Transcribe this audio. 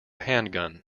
handgun